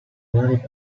vari